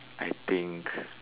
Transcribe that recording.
I think